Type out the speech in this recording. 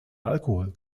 alkohol